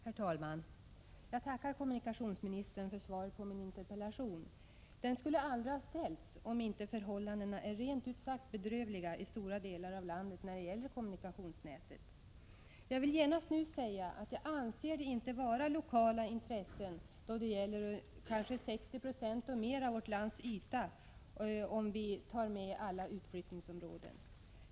Herr talman! Jag tackar kommunikationsministern för svaret på min interpellation. Den skulle aldrig ha ställts, om inte förhållandena när det gäller kommunikationsnätet rent ut sagt vore bedrövliga i stora delar av landet. Jag vill genast nu säga att jag inte anser det vara lokala intressen då det är fråga om kanske 60 96 eller mer av vårt lands yta, om man tar med i beräkningarna alla utflyttningsområden.